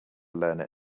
learner